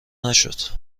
نشد